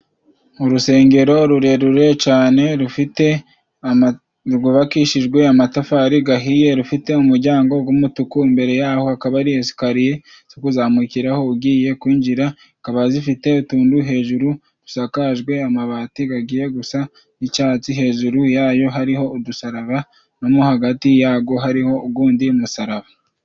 Urusengero rurerure cane rufite rwubakishijwe amatafari gahiye rufite umujyango g'umutuku imbere yaho akaba ari esikariye zo kuzamukiraho ugiye kwinjirakaba zifite utuntu hejuru dusakajwe amabatigiye gusa n'icyatsi hejuru yayo hari udusaraba no mohagati yago hariho ugundi musaraba.